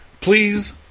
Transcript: Please